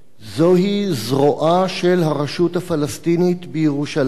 זוהי זרועה של הרשות הפלסטינית בירושלים.